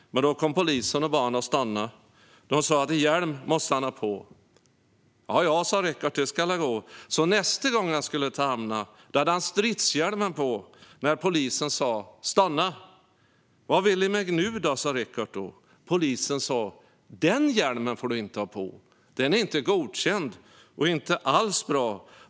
Men då kom polisen och bad han å stanna. Dom sa att hjälm måste han ha på. Ja ja, sa Reckart, det ska la gå. Så näste gång han skulle te hamna hade han stridshjälmen på när polisen sa: Stanna! Vad vell i meg nu da, sa Reckart då. Polisen sa: Den hjälmen får du inte ha på. Den är inte godkänd och inte alls bra.